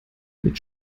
mit